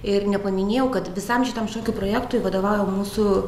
ir nepaminėjau kad visam šitam šokių projektui vadovauja mūsų